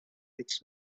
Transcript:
its